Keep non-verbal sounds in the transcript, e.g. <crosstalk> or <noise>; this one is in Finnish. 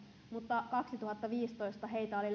mutta kaksituhattaviisitoista heitä oli <unintelligible>